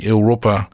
Europa